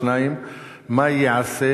2. מה ייעשה